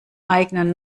eigenen